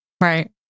Right